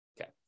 Okay